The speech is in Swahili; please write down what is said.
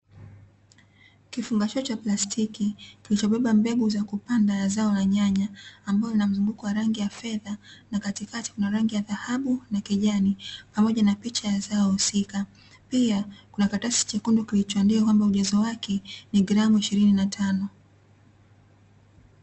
Kifungashio cha plastiki kilichobeba mbegu za kupanda za zao la nyanya, ambazo zina mzunguko wa rangi ya fedha na katikati kuna rangi ya dhahabu na kijani, pamoja na picha ya zao husika. Pia kuna kikaratasi chekundu kilichoandikwa kwamba ujazo wake ni gramu ishirini na tano.